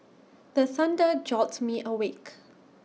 the thunder jolt me awake